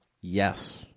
Yes